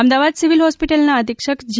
Ahmedabad civil હોસ્પિટલના અધિક્ષક જી